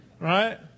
Right